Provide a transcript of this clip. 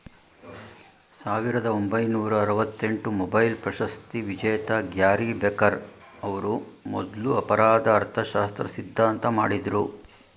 ಸಾವಿರದ ಒಂಬೈನೂರ ಆರವತ್ತಎಂಟು ಮೊಬೈಲ್ ಪ್ರಶಸ್ತಿವಿಜೇತ ಗ್ಯಾರಿ ಬೆಕರ್ ಅವ್ರು ಮೊದ್ಲು ಅಪರಾಧ ಅರ್ಥಶಾಸ್ತ್ರ ಸಿದ್ಧಾಂತ ಮಾಡಿದ್ರು